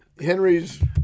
Henry's